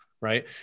right